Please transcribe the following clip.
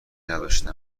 نداشته